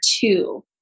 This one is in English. two